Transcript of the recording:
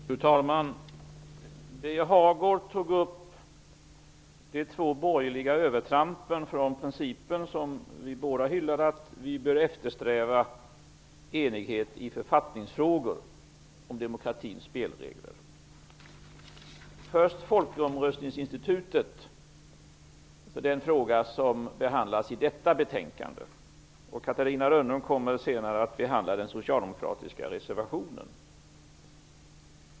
Fru talman! Birger Hagård tog upp de två borgerliga övertrampen från den princip som vi båda hyllar och anser att man bör eftersträva, nämligen enighet i författningsfrågor om demokratins spelregler. Han tar upp frågan om folkomröstningsinstitutet som behandlas i detta betänkande. Catarina Rönnung kommer senare att ta upp den socialdemokratiska reservationen.